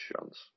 chance